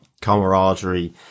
camaraderie